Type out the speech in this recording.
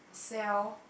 self